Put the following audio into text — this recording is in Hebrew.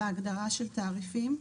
בהגדרה של תעריפים.